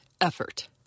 effort